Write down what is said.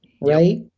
right